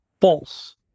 false